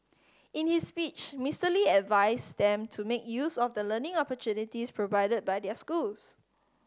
in his speech Mister Lee advised them to make use of the learning opportunities provided by their schools